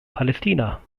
palästina